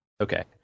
Okay